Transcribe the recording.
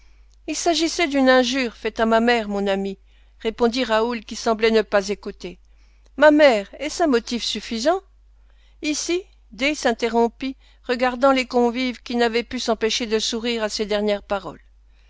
il s'agissait d'une injure faite à ma mère mon ami répondit raoul qui semblait ne pas écouter ma mère est-ce un motif suffisant ici d s'interrompit regardant les convives qui n'avaient pu s'empêcher de sourire à ces dernières paroles